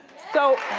so